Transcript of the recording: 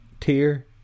tier